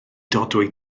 dodwy